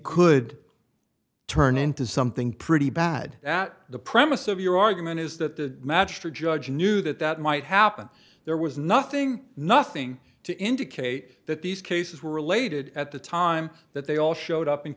could turn into something pretty bad that the premise of your argument is that the magistrate judge knew that that might happen there was nothing nothing to indicate that these cases were related at the time that they all showed up